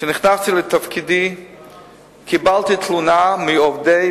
כשנכנסתי לתפקידי קיבלתי תלונה מעובדי